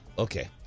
Okay